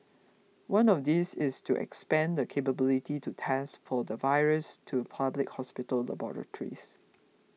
one of these is to expand the capability to test for the virus to public hospital laboratories